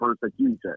persecution